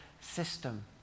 system